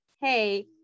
hey